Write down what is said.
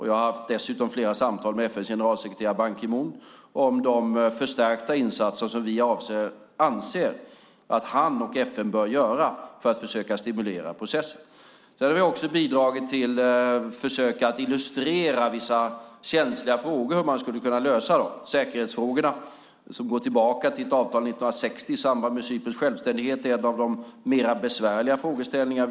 Jag har dessutom haft flera samtal med FN:s generalsekreterare Ban Ki Moon om de förstärkta insatser som vi anser att han och FN bör göra för att försöka stimulera processen. Vi har också bidragit till att försöka illustrera vissa känsliga frågor och hur man skulle kunna lösa dem. Säkerhetsfrågan, som går tillbaka till ett avtal 1960 i samband med Cyperns självständighet, är en av de mer besvärliga frågeställningarna.